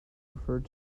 referred